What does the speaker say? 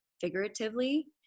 figuratively